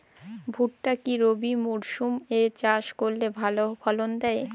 ভুট্টা কি রবি মরসুম এ চাষ করলে ভালো ফলন দেয়?